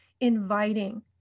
inviting